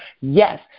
Yes